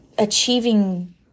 achieving